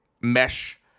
mesh